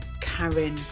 Karen